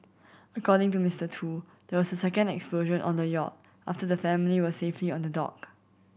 according to Mister Tu there was a second explosion on the yacht after the family were safely on the dock